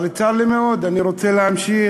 אבל צר לי מאוד, אני רוצה להמשיך